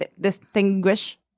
distinguish